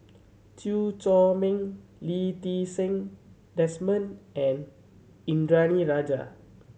Chew Chor Meng Lee Ti Seng Desmond and Indranee Rajah